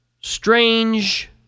strange